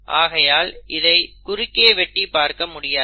ஆகையால் இதை குறுக்கே வெட்டி பார்க்க முடியாது